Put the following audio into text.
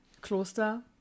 Kloster